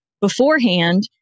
beforehand